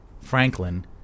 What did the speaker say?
Franklin